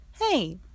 Hey